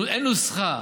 אין נוסחה.